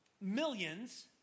millions